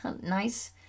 nice